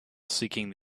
seeking